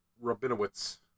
Rabinowitz